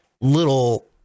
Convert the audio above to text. little